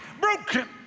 broken